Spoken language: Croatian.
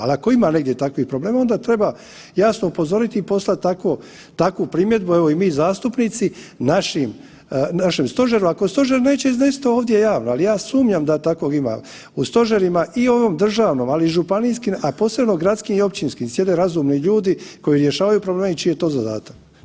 Ali, ako ima negdje takvih problema, onda treba jasno upozoriti i poslati takvo, takvu primjedbu, evo i mi zastupnici, našem Stožeru, ako Stožer neće iznesti ovdje javno, ali ja sumnjam da takvog ima u Stožerima, i ovom državnom, ali i županijskim, a posebno gradskim i općinskim, sjede razumni ljudi koji rješavaju problem i čiji je to zadatak.